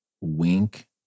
wink